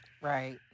Right